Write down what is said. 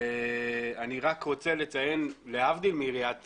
אני רוצה לציין שלהבדיל מעיריית